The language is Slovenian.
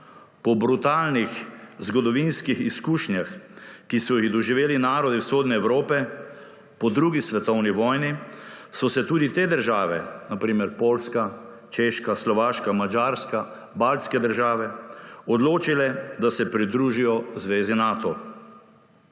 Po brutalnih zgodovinskih izkušnjah, ki so jih doživeli narodi vzhodne Evrope po drugi svetovni vojni, so se tudi te države, na primer Poljska, Češka, Slovaška, Madžarska, baltske države, odločile, da se pridružijo zvezi Nato.